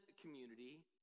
community